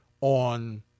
on